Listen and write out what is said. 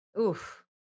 Oof